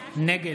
נגד